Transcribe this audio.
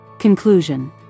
Conclusion